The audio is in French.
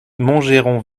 montgeron